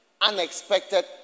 unexpected